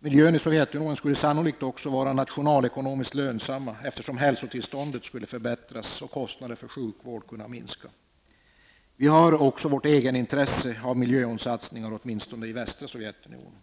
miljön i Sovjetunionen skulle sannolikt också vara nationalekonomiskt lönsamma eftersom hälsotillståndet skulle förbättras och kostnaderna för sjukvård minska. Vi har också vårt egenintresse av miljösatsningar åtminstone i västra Sovjetunionen.